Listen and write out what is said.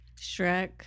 Shrek